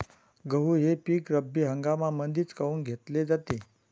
गहू हे पिक रब्बी हंगामामंदीच काऊन घेतले जाते?